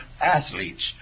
athletes